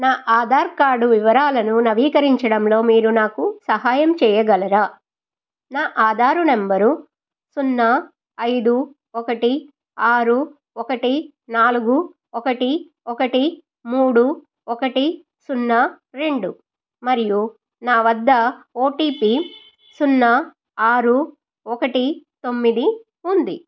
నా ఆధార్ కార్డు వివరాలను నవీకరించడంలో మీరు నాకు సహాయం చేయగలరా నా ఆధారు నెంబరు సున్నా ఐదు ఒకటి ఆరు ఒకటి నాలుగు ఒకటి ఒకటి మూడు ఒకటి సున్నా రెండు మరియు నా వద్ద ఓ టీ పీ సున్నా ఆరు ఒకటి తొమ్మిది ఉంది